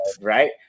Right